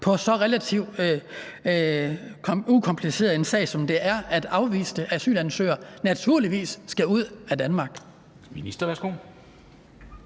på så relativt en ukompliceret sag, som det er, at afviste asylansøgere naturligvis skal ud af Danmark.